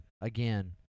again